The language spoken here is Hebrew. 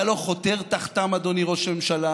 אתה לא חותר תחתם, אדוני ראש הממשלה,